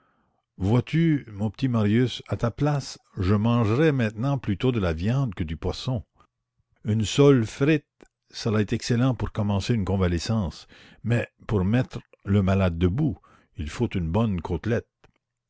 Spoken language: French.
vois-tu mon petit marius à ta place je mangerais maintenant plutôt de la viande que du poisson une sole frite cela est excellent pour commencer une convalescence mais pour mettre le malade debout il faut une bonne côtelette